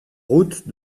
route